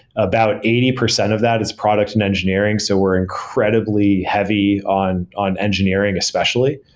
about eighty percent of that is products and engineering. so we're incredibly heavy on on engineering especially.